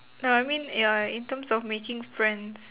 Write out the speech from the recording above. no I mean ya in terms of making friends